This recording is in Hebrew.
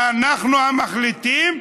אנחנו המחליטים,